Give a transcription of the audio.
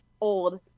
old